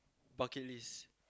bucket list